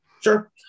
Sure